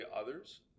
others